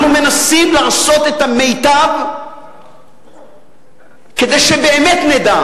אנחנו מנסים לעשות את המיטב כדי שבאמת נדע